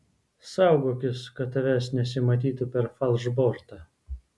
saugokis kad tavęs nesimatytų per falšbortą